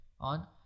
on